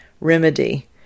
remedy